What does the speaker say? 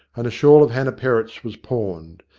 and a shawl of hannah perrott's was pawned.